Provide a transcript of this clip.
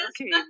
Okay